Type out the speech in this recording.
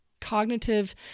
cognitive